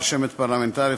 רשמת פרלמנטרית,